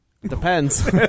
Depends